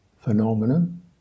phenomenon